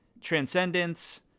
Transcendence